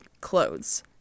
clothes